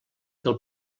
del